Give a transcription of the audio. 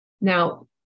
Now